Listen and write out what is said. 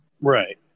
right